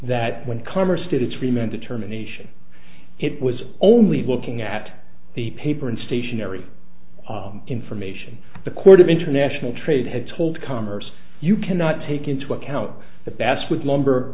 riemann determination it was only looking at the paper and stationery information the court of international trade had told commerce you cannot take into account the basswood lumber